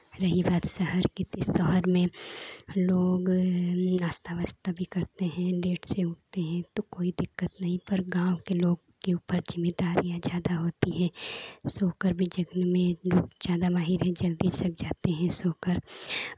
रही बात शहर की तो शहर में लोग नाश्ता वास्ता भी करते हैं लेट से उठते हैं तो कोई दिक्कत नहीं पर गाँव के लोग के ऊपर जिम्मेदारियां ज़्यादा होती है सो कर भी जगने में ज़्यादा माहिर हैं जल्दी सब जागते हैं सोकर